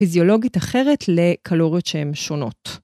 פיזיולוגית אחרת לקלוריות שהן שונות.